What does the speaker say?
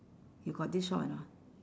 you got this shop or not